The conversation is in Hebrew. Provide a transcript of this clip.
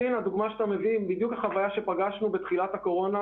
המקרה שאתה מתאר היא בדיוק מה ששאלנו את עצמנו לפני הקורונה.